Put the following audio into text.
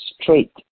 straight